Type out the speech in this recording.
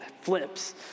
flips